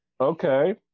Okay